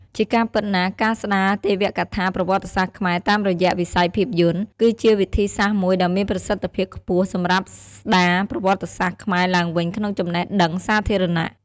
ជាការពិតណាស់ ការស្ដារទេវកថាប្រវត្តិសាស្ត្រខ្មែរតាមរយៈវិស័យភាពយន្ត គឺជាវិធីសាស្រ្តមួយដ៏មានប្រសិទ្ធភាពខ្ពស់សម្រាប់ស្ដារប្រវត្តិសាស្ត្រខ្មែរឡើងវិញក្នុងចំណេះដឹងសាធារណៈ។